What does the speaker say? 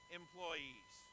employees